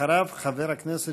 אחריו, חבר הכנסת